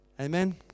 Amen